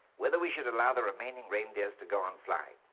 whether we should allow the remaining reindeers to go on flying.